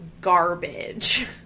garbage